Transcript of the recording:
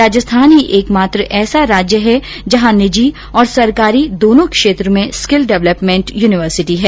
राजस्थान ही एकमात्र ऐसा राज्य है जहां निजी और सरकारी दोनों क्षेत्रों में स्किल डवलपमेंट यूनिवर्सिटी है